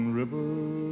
river